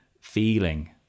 Feeling